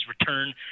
return